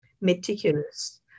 meticulous